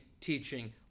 teaching